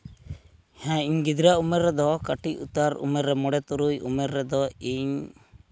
ᱦᱮᱸ ᱤᱧ ᱜᱤᱫᱽᱨᱟᱹ ᱩᱢᱮᱨ ᱨᱮᱫᱚ ᱠᱟᱹᱴᱤᱡ ᱩᱛᱟᱹᱨ ᱩᱢᱮᱨ ᱨᱮ ᱢᱚᱬᱮ ᱛᱩᱨᱩᱭ ᱩᱢᱮᱨ ᱨᱮᱫᱚ ᱤᱧ